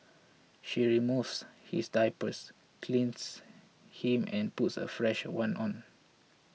she removes his diaper cleans him and puts a fresh one on